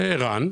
ערן.